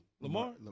Lamar